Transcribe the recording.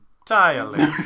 entirely